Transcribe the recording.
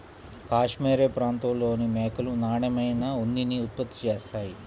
cashmere ప్రాంతంలోని మేకలు నాణ్యమైన ఉన్నిని ఉత్పత్తి చేస్తాయి